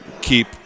keep